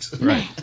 Right